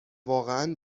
واقعا